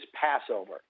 Passover